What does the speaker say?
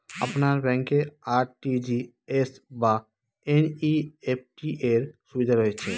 আপনার ব্যাংকে আর.টি.জি.এস বা এন.ই.এফ.টি র সুবিধা রয়েছে?